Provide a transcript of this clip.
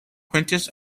quintus